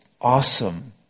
awesome